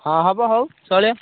ହଁ ହେବ ହଉ ଚଳିବ